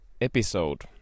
episode